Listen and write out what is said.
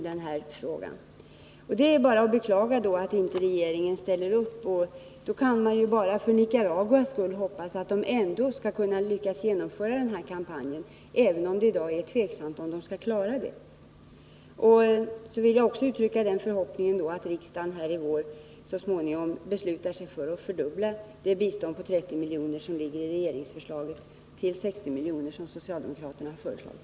Det är bara att beklaga att regeringen inte ställer upp, och man kan endast för Nicaraguas skull hoppas att det ändå skall gå att genomföra kampanjen, trots att det i dag är tveksamt om det finns möjlighet att klara saken. Jag vill också uttrycka förhoppningen att riksdagen så småningom i vår beslutar sig för att fördubbla det bistånd på 30 miljoner som ligger i regeringsförslaget, till 60 miljoner som socialdemokraterna föreslagit.